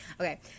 Okay